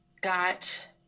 got